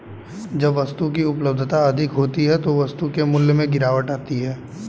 जब वस्तु की उपलब्धता अधिक होती है तो वस्तु के मूल्य में गिरावट आती है